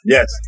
Yes